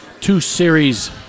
two-series